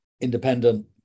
independent